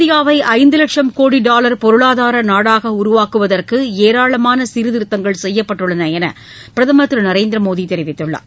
இந்தியாவை ஐந்து லட்சும் கோடி டாலர் பொருளாதார நாடாக உருவாக்குவதற்கு ஏராளமான சீர்திருத்தங்கள் செய்யப்பட்டுள்ளன என்று பிரதமர் திரு நரேந்திர மோடி தெரிவித்துள்ளார்